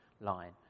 line